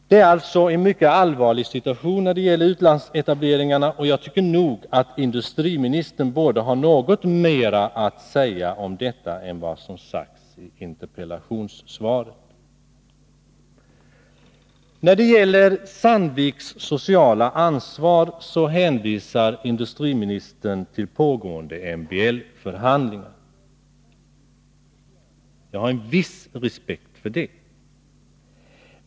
Det är alltså en mycket allvarlig situation när det gäller utlandsetableringarna, och jag tycker nog att industriministern borde ha något mera att säga om detta än vad som sagts i interpellationssvaret. När det gäller Sandviks sociala ansvar hänvisar industriministern till pågående MBL-förhandlingar. Jag har en viss respekt för det.